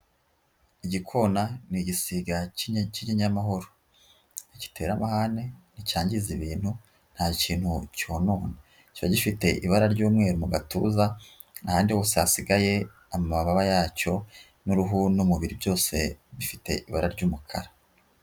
Igikona ni igisiga k'ikinyamahoro, ntigitera amahane, nticyangiza ibintu, nta kintu cyonomye. Kiba gifite ibara ry'umweru mu gatuza, ahandi hose hasigaye, amababa yacyo n'uruhu n'umubiri byose bifite ibara ry'umukara.